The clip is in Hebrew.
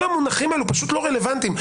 כל המונחים האלה פשוט לא רלוונטיים.